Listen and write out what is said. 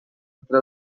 entre